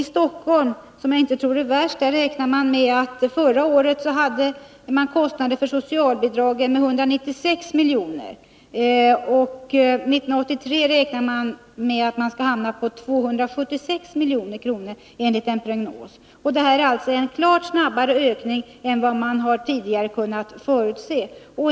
I Stockholm, som jag inte tror är värst, hade man förra året kostnader för socialbidragen med 196 milj.kr., och 1983 räknar man med att hamna på 276 milj.kr. enligt en prognos. Det är alltså en klart snabbare ökning än man tidigare har kunnat förutse.